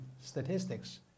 statistics